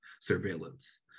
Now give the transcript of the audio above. surveillance